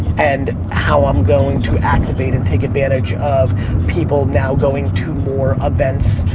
and how i'm going to activate and take advantage of people now going to more events,